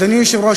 אדוני היושב-ראש,